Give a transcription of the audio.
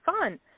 fun